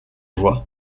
voix